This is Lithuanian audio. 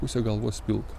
pusė galvos pilka